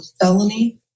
felony